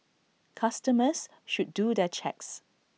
customers should do their checks